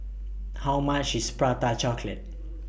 How much IS Prata Chocolate